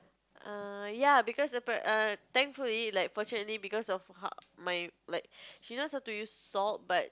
err ya because apparent err thankfully like fortunately because of how my like she knows how to use salt but